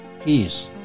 peace